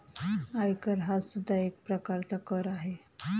आयकर हा सुद्धा एक प्रकारचा कर आहे